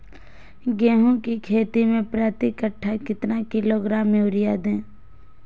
गेंहू की खेती में प्रति कट्ठा कितना किलोग्राम युरिया दे?